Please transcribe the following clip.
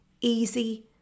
easy